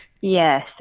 Yes